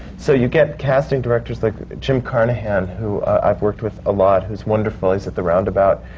so you get casting directors like jim carnahan, who i've worked with a lot, who's wonderful. he's at the roundabout.